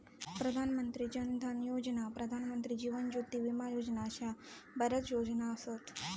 प्रधान मंत्री जन धन योजना, प्रधानमंत्री जीवन ज्योती विमा योजना अशा बऱ्याच योजना असत